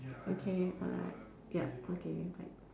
okay alright yup okay bye